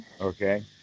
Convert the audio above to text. Okay